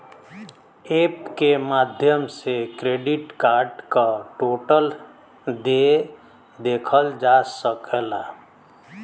app के माध्यम से क्रेडिट कार्ड क टोटल देय देखल जा सकला